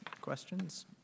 questions